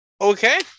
Okay